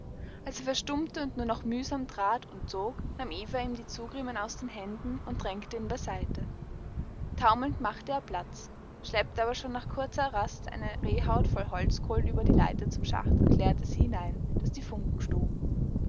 als er verstummte und nur noch mühsam trat und zog nahm eva ihm die zugriemen aus den händen und drängte ihn beiseite taumelnd machte er platz schleppte aber schon nach kurzer rast eine rehhaut voll holzkohlen über die leiter zum schacht und leerte sie hinein daß die funken